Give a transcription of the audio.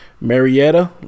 Marietta